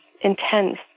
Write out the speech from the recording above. intense